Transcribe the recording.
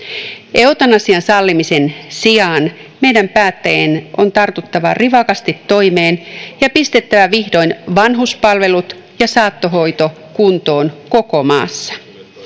eutanasian sallimisen sijaan meidän päättäjien on tartuttava rivakasti toimeen ja pistettävä vihdoin vanhuspalvelut ja saattohoito kuntoon koko maassa